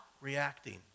reacting